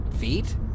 feet